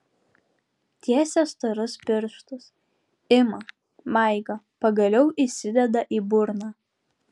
tiesia storus pirštus ima maigo pagaliau įsideda į burną